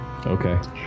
Okay